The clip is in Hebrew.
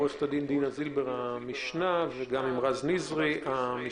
עורכת הדין דינה זילבר וגם עם רז נזרי המשנה,